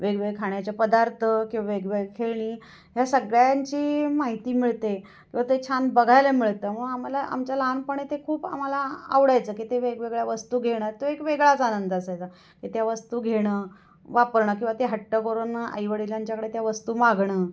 वेगवेगळे खाण्याचे पदार्थ किंवा वेगवेग खेळणी ह्या सगळ्यांची माहिती मिळते किंवा ते छान बघायला मिळतं मग आम्हाला आमच्या लहानपणी ते खूप आम्हाला आवडायचं की ते वेगवेगळ्या वस्तू घेणं तो एक वेगळाच आनंद असायचा की त्या वस्तू घेणं वापरणं किंवा ते हट्ट करून आई वडिलांच्याकडे त्या वस्तू मागणं